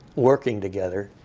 working together.